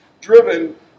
driven